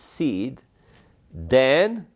seed then